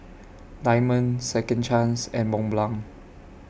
Diamond Second Chance and Mont Blanc